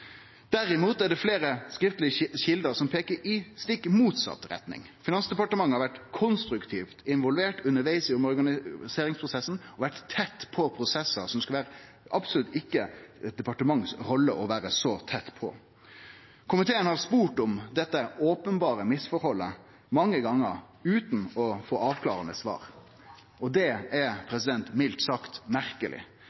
Derimot er det fleire skriftlege kjelder som peiker i stikk motsett retning. Finansdepartementet har vore konstruktivt involvert undervegs i omorganiseringsprosessen og vore tett på prosessar som det absolutt ikkje skulle vere eit departement si rolle å vere så tett på. Komiteen har spurt om dette openberre misforholdet mange gonger, utan å få avklarande svar. Det er